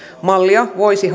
mallia voisi